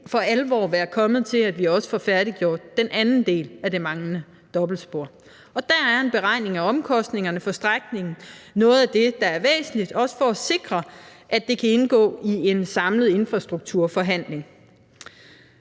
for alvor være kommet til, at vi også får færdiggjort den anden del af det manglende dobbeltspor. Og der er en beregning af omkostningerne på strækningen noget af det, der er væsentligt, også for at sikre, at det kan indgå i en samlet infrastrukturforhandling.